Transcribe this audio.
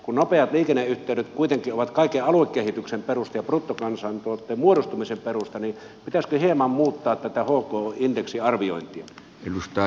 kun nopeat liikenneyhteydet kuitenkin ovat kaiken aluekehityksen perusta ja bruttokansantuotteen muodostumisen perusta niin pitäisikö hieman muuttaa tätä hk indeksin arviointia